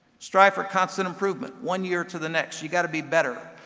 strive for constant improvement one year to the next you've got to be better.